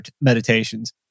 meditations